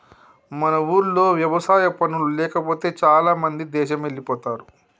మన ఊర్లో వ్యవసాయ పనులు లేకపోతే చాలామంది దేశమెల్లిపోతారు